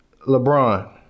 LeBron